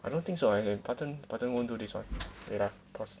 I don't think so button button won't do this [what] wait ah pause